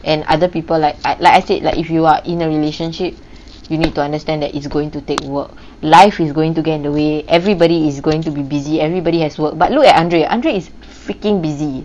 and other people like I like I said like if you are in a relationship you need to understand that it's going to take work life is going to get away everybody is going to be busy everybody has work but look at andre andre is freaking busy